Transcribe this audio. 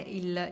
il